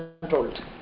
controlled